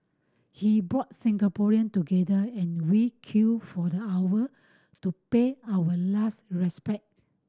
he brought Singaporean together and we queued for the hours to pay our last respect